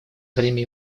время